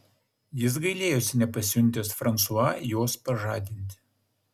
jis gailėjosi nepasiuntęs fransua jos pažadinti